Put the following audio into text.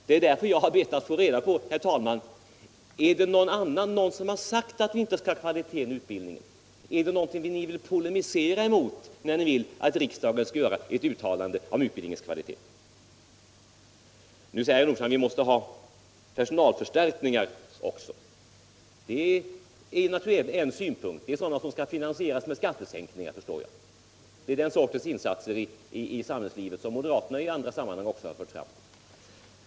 Det är därför, herr talman, jag har bett att få reda på om det är någon som har sagt att vi inte skall ha kvalitet i utbildningen. Är det någonting ni vill polemisera emot när ni önskar att riksdagen skall göra ett uttalande om utbildningens kvalitet? Nu säger herr Nordstrandh att vi också måste ha personalförstärkningar, och det är naturligtvis en synpunkt. Det är sådana personalförstärkningar som skall finansieras med skattesänkningar, förstår jag. Det är den sortens insatser som moderaterna i andra sammanhang också har föreslagit.